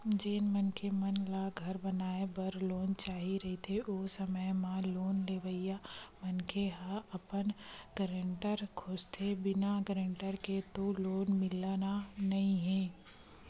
जेन मनखे मन ल घर बनाए बर लोन चाही रहिथे ओ समे म लोन लेवइया मनखे ह अपन गारेंटर खोजथें बिना गारेंटर के तो लोन मिलना नइ हे